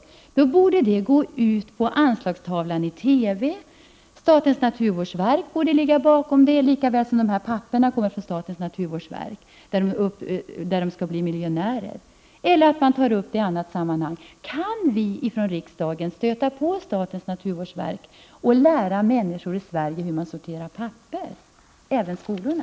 Om detta behövs borde det gå ut på anslagstavlan i TV, statens naturvårdsverk borde ligga bakom det och det borde stå i de upplysningar som kommer från statens naturvårdsverk och som uppmanar dem att bli miljönärer. Det kunde också tas upp i annat sammanhang. Kan vi från riksdagen stöta på statens naturvårdsverk och be dem lära människor i Sverige hur man sorterar papper, även i skolorna?